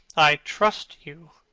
i trust you.